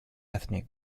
ethnic